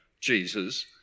Jesus